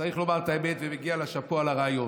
צריך לומר את האמת, ומגיע לה שאפו על הרעיון.